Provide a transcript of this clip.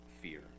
fear